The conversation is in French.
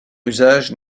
usage